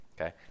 okay